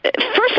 first